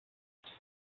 ses